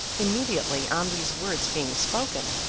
immediately on these words being spoken,